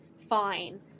fine